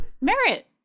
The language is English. Merit